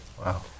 Wow